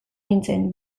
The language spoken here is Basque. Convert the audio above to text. nintzen